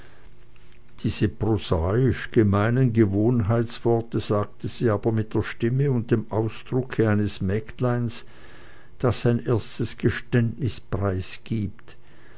diese prosaisch gemeinen gewohnheitsworte sagte sie aber mit der stimme und dem ausdrucke eines mägdleins das sein erstes geständnis preisgibt